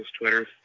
Twitter